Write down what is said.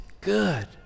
good